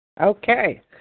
Okay